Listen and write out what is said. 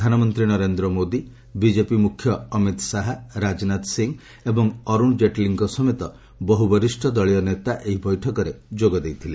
ପ୍ରଧାନମନ୍ତ୍ରୀ ନରେନ୍ଦ୍ର ମୋଦି ବିଜେପି ମୁଖ୍ୟ ଅମିତ୍ ଶାହା ରାଜନାଥ ସିଂ ଏବଂ ଅରୁଣ ଜେଟ୍ଲୀଙ୍କ ସମେତ ବହୁ ବରିଷ୍ଠ ଦଳୀୟ ନେତା ଏହି ବୈଠକରେ ଯୋଗ ଦେଇଥିଲେ